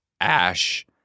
ash